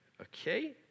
okay